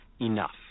Enough